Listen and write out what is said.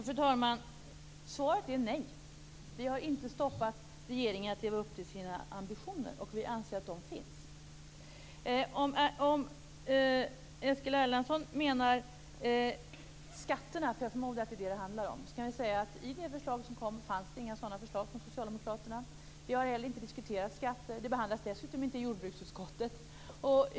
Fru talman! Svaret är nej. Vi har inte stoppat regeringen från att leva upp till sina ambitioner, och vi anser att de finns. Om Eskil Erlandsson menar skatterna, för jag förmodar att det är det som det här handlar om, kan jag säga att det inte fanns några sådana förslag från Socialdemokraterna i det förslag som kom. Vi har heller inte diskuterat skatter. Den frågan behandlas dessutom inte i jordbruksutskottet.